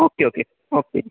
okay okay okay